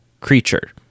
creature